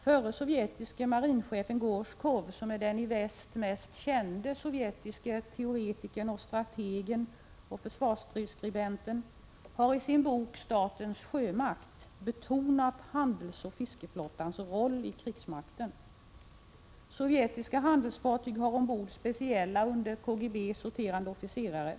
Förre sovjetiske marinchefen Gorrsjkov, som är den i väst mest kände sovjetiske teoretikern, strategen och försvarsskribenten, har i sin bok Statens sjömakt betonat handelsoch fiskeflottans roll i krigsmakten. Sovjetiska handelsfartyg har ombord speciella, under KGB sorterande, officerare.